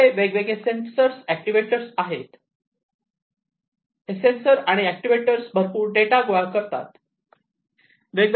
आपल्याकडे वेगवेगळे सेंसर आणि एक्टिवेटर्स आहेत हे सेंसर आणि एक्टिवेटर्स भरपूर डेटा गोळा करतात